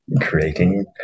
creating